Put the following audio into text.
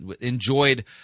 enjoyed